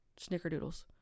snickerdoodles